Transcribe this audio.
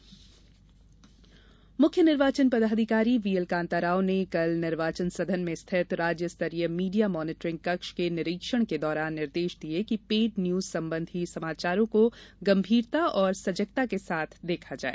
media निगरानी मुख्य निर्वाचन पदाधिकारी व्ही एल कान्ता राव ने कल निर्वाचन सदन में स्थित राज्य स्तरीय मीडिया मॉनीटरिंग कक्ष के निरीक्षण के दौरान निर्देश दिये कि पेड न्यूज संबंधी समाचारों को गंभीरता और सजगता के साथ देखा जाए